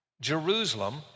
Jerusalem